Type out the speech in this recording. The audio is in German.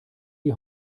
die